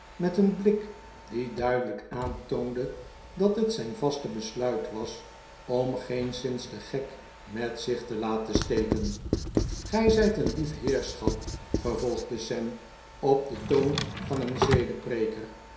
met een blik die duidelijk aantoonde dat het zijn vaste besluit was om geenszins den gek met zich te laten steken gij zijt een lief heerschap vervolgde sam op den toon van een